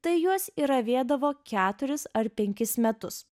tai juos ir avėdavo keturis ar penkis metus